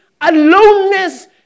aloneness